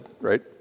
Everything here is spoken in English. right